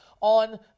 on